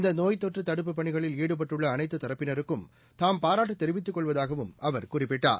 இந்த நோய்த்தொற்று தடுப்புப் பணிகளில் ஈடுபட்டுள்ள அனைத்து தரப்பினருக்கும் தாம் பாராட்டு தெரிவித்துக் கொள்வதாகவும் அவர் குறிப்பிட்டார்